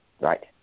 Right